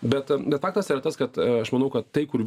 bet faktas yra tas kad aš manau kad tai kur